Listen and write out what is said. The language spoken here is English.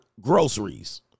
groceries